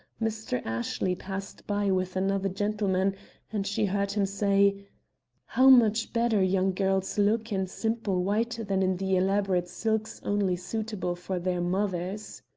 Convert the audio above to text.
mr. ashley passed by with another gentleman and she heard him say how much better young girls look in simple white than in the elaborate silks only suitable for their mothers!